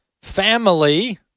Family